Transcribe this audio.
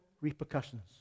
repercussions